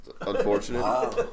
unfortunate